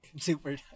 super